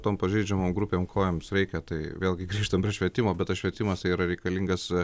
tam pažeidžiamų grupių kojoms reikia tai vėlgi grįžtam prie švietimo bet švietimas yra reikalingas